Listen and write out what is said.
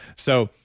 so,